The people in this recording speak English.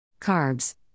Carbs